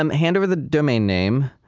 um hand over the domain name.